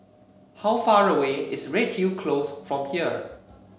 how far away is Redhill Close from here